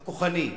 הכוחני.